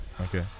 okay